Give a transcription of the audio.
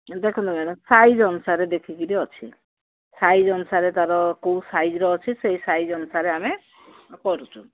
ଦେଖନ୍ତୁ madam size ଅନୁସାରେ ଦେଖିକରି ଅଛି ସାଇଜ୍ ଅନୁସାରେ ତାର କୋଉ ସାଇଜ୍ର ଅଛି ସେଇ ସାଇଜ୍ ଅନୁସାରେ ଆମେ କରୁଛୁ